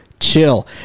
chill